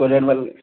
کولیرمل